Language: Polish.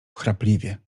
chrapliwie